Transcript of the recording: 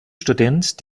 student